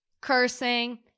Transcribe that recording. Cursing